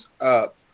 up